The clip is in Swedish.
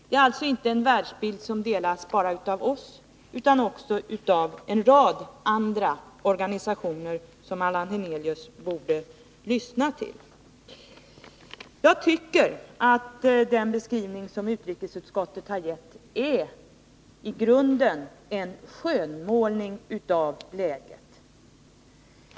Det är alltså inte en världsbild som omfattas enbart av oss utan också av en rad andra organisationer, som Allan Hernelius borde lyssna till. Jag tycker att den beskrivning som utrikesutskottet har gett i grunden är en skönmålning av läget.